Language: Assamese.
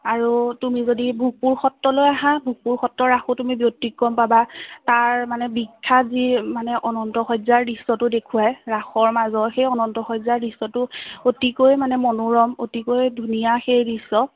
আৰু তুমি যদি ভোগপুৰ সত্ৰলৈ আহা ভোগপুৰ সত্ৰৰ ৰাসো তুমি ব্যতিক্ৰম পাবা তাৰ মানে বিখ্যাত যি মানে অনন্ত শয্যাৰ দৃশ্যটো দেখুৱাই ৰাসৰ মাজৰ সেই অনন্ত শয্যাৰ দৃশ্যটো অতিকৈ মানে মনোৰম অতিকৈ ধুনীয়া সেই দৃশ্য